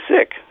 sick